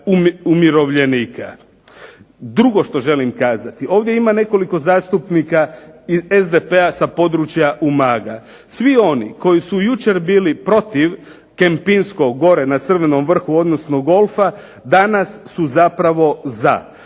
Drugo što želim kazati. Ovdje ima nekoliko zastupnika SDP-a sa područja Umaga. Svi oni koji su jučer bili protiv Kempinskog gore na Crvenom Vrhu, odnosno golfa danas su zapravo za.